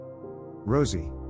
Rosie